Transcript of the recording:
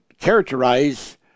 characterize